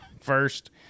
first